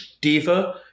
Diva